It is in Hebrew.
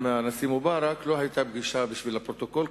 הנשיא מובארק לא היתה פגישה בשביל הפרוטוקול,